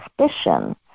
suspicion